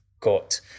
got